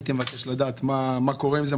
אני מבקש לדעת מה קורה עם זה?